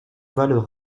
valent